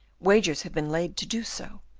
wagers have been laid to do so,